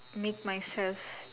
make myself